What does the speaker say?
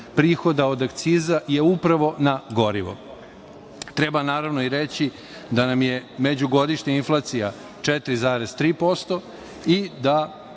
prihoda od akciza je upravo na gorivo. Treba naravno i reći da nam je međugodišnja inflacija 4,3% i da